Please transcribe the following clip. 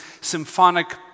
symphonic